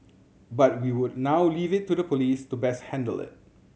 but we would now leave it to the police to best handle it